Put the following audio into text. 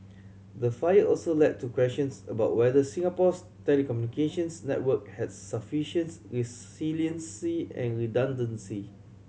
the fire also led to questions about whether Singapore's telecommunications network has sufficients resiliency and redundancy